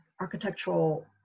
architectural